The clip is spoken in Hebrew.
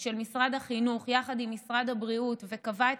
של משרד החינוך יחד עם משרד הבריאות וקבע את